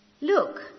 Look